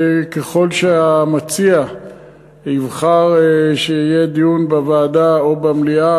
ככל שהמציע יבחר שיהיה דיון בוועדה או במליאה,